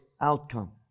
outcome